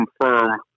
confirm